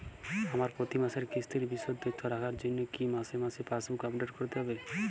আমার প্রতি মাসের কিস্তির বিশদ তথ্য রাখার জন্য কি মাসে মাসে পাসবুক আপডেট করতে হবে?